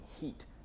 heat